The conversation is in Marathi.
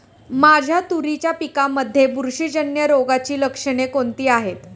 माझ्या तुरीच्या पिकामध्ये बुरशीजन्य रोगाची लक्षणे कोणती आहेत?